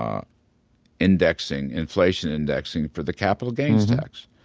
um indexing, inflation indexing for the capital gains tax,